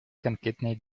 конкретные